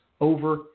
over